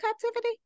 captivity